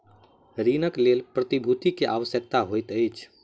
ऋणक लेल प्रतिभूति के आवश्यकता होइत अछि